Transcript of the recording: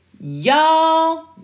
y'all